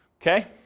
okay